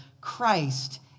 Christ